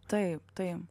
taip taip